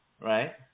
right